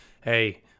Hey